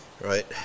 right